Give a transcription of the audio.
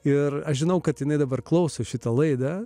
ir aš žinau kad jinai dabar klauso šita laida